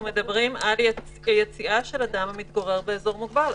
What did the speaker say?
אנחנו מדברים על יציאה של אדם המתגורר באזור מוגבל.